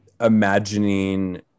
imagining